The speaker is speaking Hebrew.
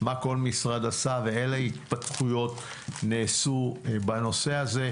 מה כל משרד עשה ואלה התפתחויות נעשו בנושא הזה.